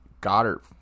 Goddard